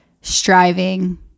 striving